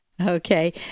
Okay